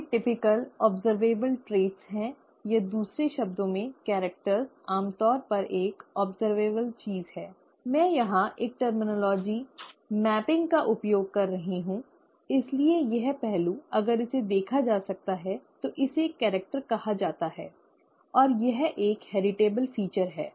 वे विशिष्ट अवलोकन योग्य ट्रेट हैं या दूसरे शब्दों में कैरेक्टर आमतौर पर एक अवलोकनीय चीज हैं मैं यहां एक शब्दावली मैपिंग का उपयोग कर रहा हूं इसलिए यह पहलू अगर इसे देखा जा सकता है तो इसे एक कैरेक्टर कहा जाता है और यह एक आनुवांशिक विशेषता है